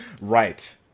Right